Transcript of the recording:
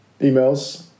emails